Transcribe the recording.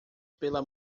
pela